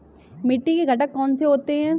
मिट्टी के घटक कौन से होते हैं?